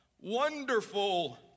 Wonderful